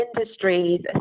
industries